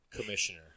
commissioner